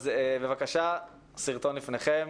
אז בבקשה, הסרטון לפניכם.